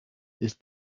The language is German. ist